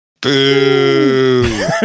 Boo